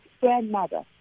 grandmother